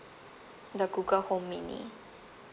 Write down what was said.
the Google home mini